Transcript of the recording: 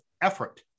effort